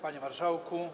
Panie Marszałku!